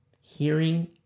Hearing